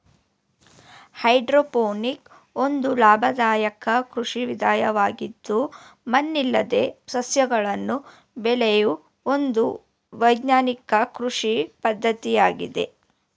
hydroponic ಒಂದು ಲಾಭದಾಯಕ ಕೃಷಿ ವಿಧಾನವಾಗಿದ್ದು ಮಣ್ಣಿಲ್ಲದೆ ಸಸ್ಯಗಳನ್ನು ಬೆಳೆಯೂ ಒಂದು ವೈಜ್ಞಾನಿಕ ಕೃಷಿ ಪದ್ಧತಿಯಾಗಿದೆ